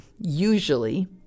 usually